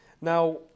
Now